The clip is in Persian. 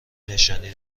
نشانی